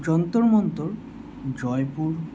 Jantar Mantar Jaipur